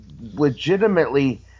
legitimately